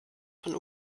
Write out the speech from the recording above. von